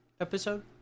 episode